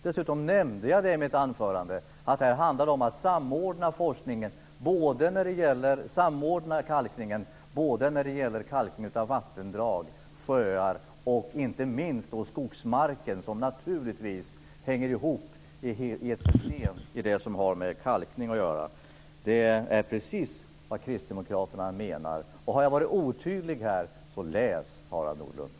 Dessutom nämnde jag det i mitt anförande; att det här handlar om att samordna kalkningen när det gäller kalkning av vattendrag, sjöar och, inte minst, skogsmark. Det hänger naturligtvis ihop i ett system, det som har med kalkning att göra. Det är precis vad Kristdemokraterna menar. Har jag varit otydlig här så läs, Harald Nordlund!